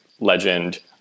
legend